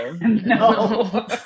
No